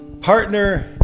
partner